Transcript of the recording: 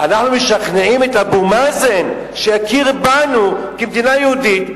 אנחנו משכנעים את אבו מאזן שיכיר בנו כמדינה יהודית,